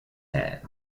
hand